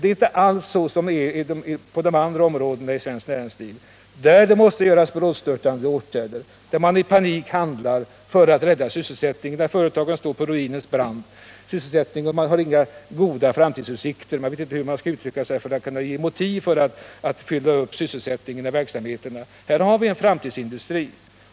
Det är inte inom bilindustrin som det är inom många andra områden i svenskt näringsliv, där det måste göras brådstörtade insatser, där man handlar i panik för att rädda sysselsättningen när företagen står på ruinens brant — där man inte har goda framtidsutsikter och egentligen har svårt att formulera sådana motiv för att fylla upp sysselsättningen. Här har man en framtidsindustri.